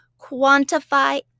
Quantify